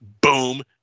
boom